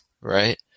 right